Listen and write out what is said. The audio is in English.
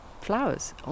flowers